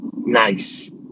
Nice